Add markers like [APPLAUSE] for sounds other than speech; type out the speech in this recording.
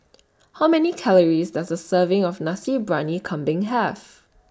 [NOISE] How Many Calories Does A Serving of Nasi Briyani Kambing Have